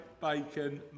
bacon